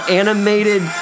animated